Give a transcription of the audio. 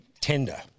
tender